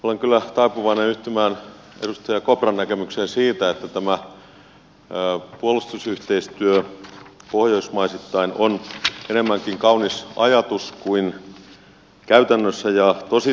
olen kyllä taipuvainen yhtymään edustaja kopran näkemykseen siitä että tämä puolustusyhteistyö pohjoismaisittain on enemmänkin kaunis ajatus kuin käytännössä ja tositilanteessa toimiva malli